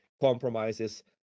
compromises